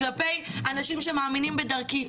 כלפי אנשים שמאמינים בדרכי,